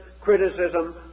criticism